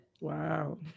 wow